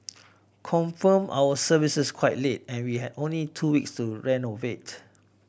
confirmed our services quite late and we had only two weeks to renovate